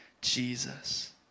Jesus